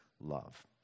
love